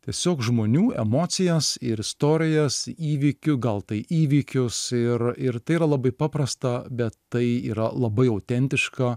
tiesiog žmonių emocijas ir istorijas įvykiu gal tai įvykius ir ir tai yra labai paprasta bet tai yra labai autentiška